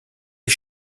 les